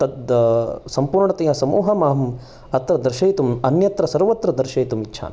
तद् संपूर्णतया समूहम् अहम् अत्र दर्शयितुम् अन्यत्र सर्वत्र दर्शयितुं इच्छामि